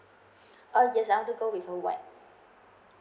uh yes I want to go with pearl white